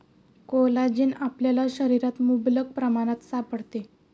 collagen आपल्या शरीरात मुबलक प्रमाणात सापडते